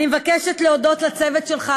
אני מבקשת להודות לצוות שלך,